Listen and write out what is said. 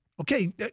okay